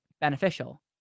beneficial